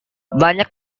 banyak